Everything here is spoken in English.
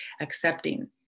Accepting